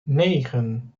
negen